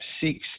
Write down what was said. six